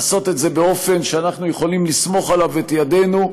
לעשות את זה באופן שאנחנו יכולים לסמוך עליו את ידינו,